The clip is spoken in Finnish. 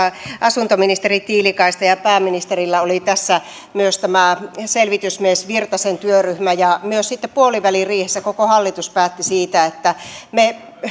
asuntoministeri tiilikaista ja pääministerillä oli tässä myös tämä selvitysmies virtasen työryhmä ja myös sitten puoliväliriihessä koko hallitus päätti siitä että me